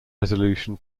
resolution